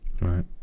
Right